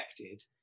affected